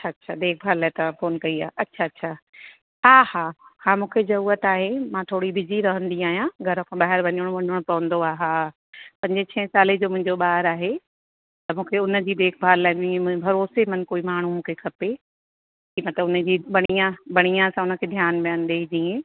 अछा अछा देखभाल लाइ तव्हां फ़ोन कई आहे अछा अछा हा हा हा मूंखे ज़रूरत आहे मां थोरी बिजी रहंदी आहियां घर खां ॿाहिरि वञिणो वञिणो पवंदो आहे हा पंजें छहें सालें जो मुंहिंजो ॿारु आहे त मूंखे हुन जी देखभाल लाइ बि ईअं भरोसेमंद कोई माण्हू मूंखे खपे न त हुन जी बढ़िया बढ़िया सां हुन खे ध्यानु व्यान ॾे जीअं